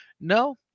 No